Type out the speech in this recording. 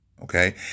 Okay